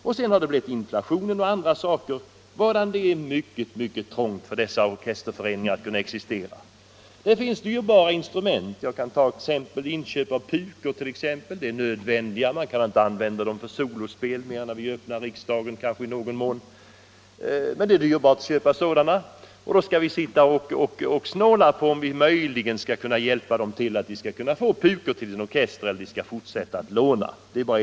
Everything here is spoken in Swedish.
Vidare har inflationen och andra faktorer bidragit till att öka svårigheterna för dessa orkestrar att existera. Bra instrument är dyra. Jag kan ta som exempel inköp av pukor. Dessa är nödvändiga även om man inte använder dem för solospel — annat än i någon mån vid riksmötets öppnande. Det är dyrt att köpa pukor. Nu skall vi alltså sitta här i riksdagen och snåla och överväga om vi möjligen kan hjälpa en orkester så att den kan köpa pukor eller om den skall fortsätta att låna sådana.